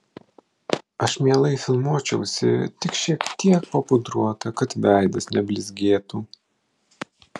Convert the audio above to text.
aš mielai filmuočiausi tik šiek tiek papudruota kad veidas neblizgėtų